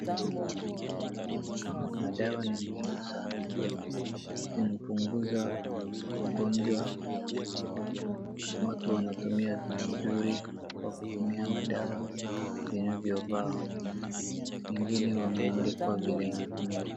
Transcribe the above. Madawa ni muhimu sana. Zinapunguza ugonjwa. Watu wanatumia vizuri kwa kutumia madawa vinavyofaa. Nyingine wameandikwa vile inatumiwa.